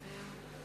חברי חברי